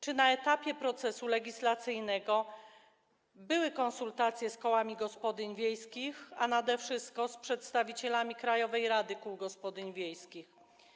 Czy na etapie procesu legislacyjnego były prowadzone konsultacje z kołami gospodyń wiejskich, a nade wszystko z przedstawicielami Krajowej Rady Kół Gospodyń Wiejskich?